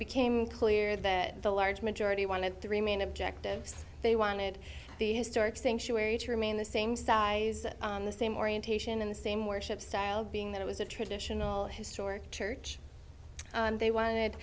became clear that the large majority wanted three main objectives they wanted the historic sanctuary to remain the same size in the same orientation in the same worship style being that it was a traditional historic church they wanted